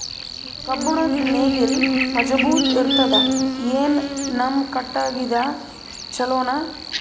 ಕಬ್ಬುಣದ್ ನೇಗಿಲ್ ಮಜಬೂತ ಇರತದಾ, ಏನ ನಮ್ಮ ಕಟಗಿದೇ ಚಲೋನಾ?